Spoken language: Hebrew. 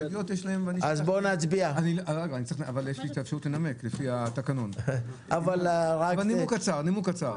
יש לי אפשרות לנמק על פי התקנון, נימוק קצר.